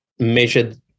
measured